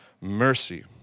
mercy